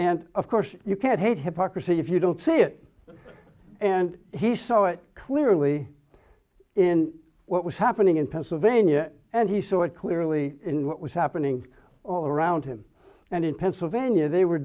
and of course you can hate hypocrisy if you don't say it and he saw it clearly in what was happening in pennsylvania and he saw it clearly in what was happening all around him and in pennsylvania they were